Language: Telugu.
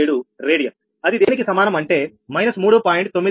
08687 రేడియన్ అది దేనికి సమానం అంటే −3